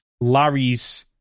Larry's